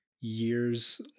years